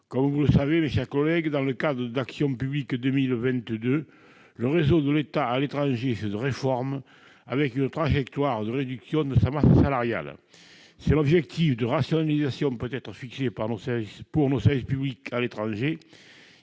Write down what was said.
Comme vous le savez, mes chers collègues, dans le cadre du programme Action publique 2022, le réseau de l'État à l'étranger se réforme, avec une trajectoire de réduction de sa masse salariale. Si un objectif de rationalisation peut être fixé pour nos services publics à l'étranger,